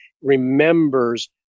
remembers